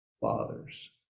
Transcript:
fathers